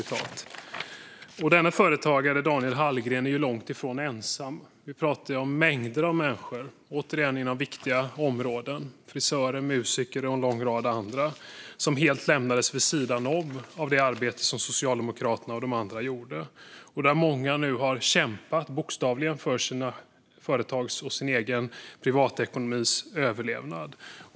Denne företagare, Daniel Hallgren, är ju långt ifrån ensam. Vi pratar om mängder av människor inom viktiga områden - frisörer, musiker och en lång rad andra - som helt lämnades vid sidan om det arbete som Socialdemokraterna och de andra gjorde. Många har nu bokstavligen kämpat för sina företags och sin privatekonomis överlevnad.